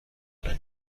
oder